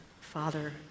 Father